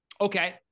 Okay